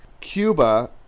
Cuba